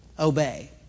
obey